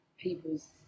people's